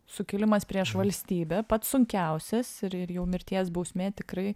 sukilimas prieš valstybę pats sunkiausias ir ir jau mirties bausmė tikrai